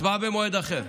הצבעה במועד אחר.